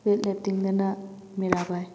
ꯋꯦꯠꯂꯤꯞꯇꯤꯡꯗꯅ Mirabai